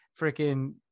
freaking